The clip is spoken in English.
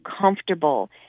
comfortable